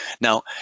Now